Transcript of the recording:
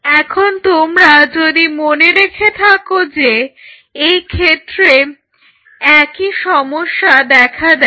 এখন তোমরা যদি মনে রেখে থাকো এক্ষেত্রে একই সমস্যা দেখা যায়